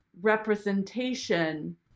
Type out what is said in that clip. representation